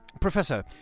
Professor